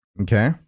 Okay